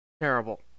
terrible